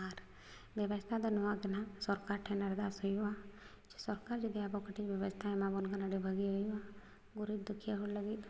ᱟᱨ ᱵᱮᱵᱚᱥᱛᱷᱟᱫᱚ ᱱᱚᱣᱟ ᱠᱟᱱᱟ ᱥᱚᱨᱠᱟᱨ ᱴᱷᱮᱱ ᱟᱨᱫᱟᱥ ᱦᱩᱭᱩᱜᱼᱟ ᱥᱚᱨᱠᱟᱨ ᱡᱩᱫᱤ ᱟᱵᱚ ᱠᱟᱹᱴᱤᱡ ᱵᱮᱵᱚᱥᱛᱷᱟᱭ ᱮᱢᱟᱵᱚᱱ ᱠᱷᱟᱱ ᱟᱹᱰᱤ ᱵᱷᱟᱹᱜᱤ ᱦᱩᱭᱩᱜᱼᱟ ᱜᱩᱨᱤᱵᱽ ᱫᱩᱠᱷᱤᱭᱟᱹ ᱦᱚᱲ ᱞᱟᱹᱜᱤᱫ ᱫᱚ